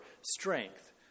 strength